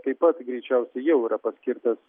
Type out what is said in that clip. taip pat greičiausiai jau yra paskirtas